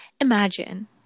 Imagine